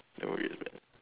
not worried lah